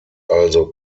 also